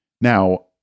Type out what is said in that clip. Now